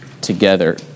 together